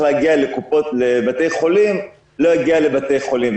להגיע לבתי חולים לא יגיע לבתי חולים.